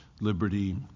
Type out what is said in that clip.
liberty